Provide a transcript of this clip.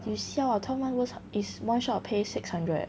you siao ah twelve months worth is one shot pay six hundred eh